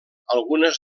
algunes